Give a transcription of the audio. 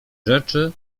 rzeczy